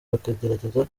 bakagerageza